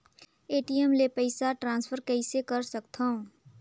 ATM ले पईसा transfer कइसे कर सकथव?